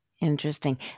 Interesting